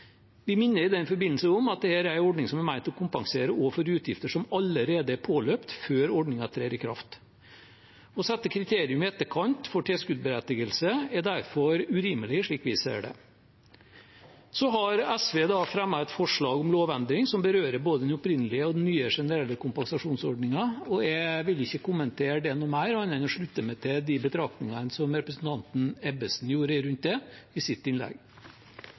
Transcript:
Vi minner i den forbindelse om at dette er en ordning som er ment å kompensere også for utgifter som allerede er påløpt før ordningen trer i kraft. Å sette kriterium i etterkant for tilskuddsberettigelse er derfor urimelig, slik vi ser det. Så har SV fremmet et forslag om lovendring som berører både den opprinnelige og den nye, generelle kompensasjonsordningen. Jeg vil ikke kommentere det noe mer, annet enn å slutte meg til de betraktningene som representanten Ebbesen gjorde seg rundt det i sitt innlegg.